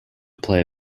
play